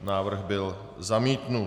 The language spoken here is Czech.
Návrh byl zamítnut.